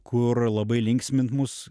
kur labai linksmint mus